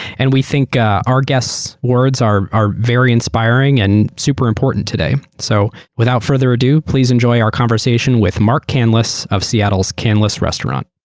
and we think our guestaeurs words are very inspiring and super important today. so without further ado, please enjoy our conversation with mark canlis of seattle's canlis restaurant.